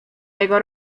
jego